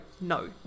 no